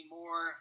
more